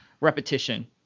repetition